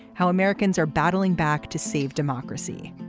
how americans are battling back to save democracy.